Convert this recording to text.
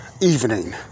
evening